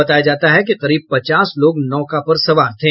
बताया जाता है कि करीब पचास लोग नौका पर सवार थे